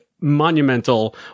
monumental